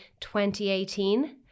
2018